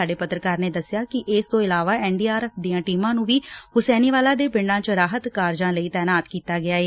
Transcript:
ਸਾਡੇ ਪੱਤਰਕਾਰ ਨੇ ਦਸਿਆ ਕਿ ਇਸ ਤੋਂ ਇਲਾਵਾ ਐਨ ਡੀ ਆਰ ਐੱਫੋ ਦੀਆਂ ਟੀਮਾਂ ਨੂੰ ਵੀ ਹੁਸੈਨੀਵਾਲਾ ਦੇ ਪਿੰਡਾਂ ਚ ਰਾਹਤ ਕਾਰਜਾਂ ਲਈ ਤੈਨਾਤ ਕੀਤਾ ਗਿਆ ਏ